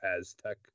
Aztec